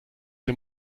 der